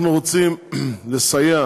אנחנו רוצים לסייע